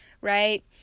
Right